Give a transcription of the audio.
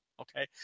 okay